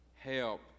help